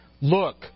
Look